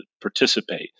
participate